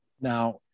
Now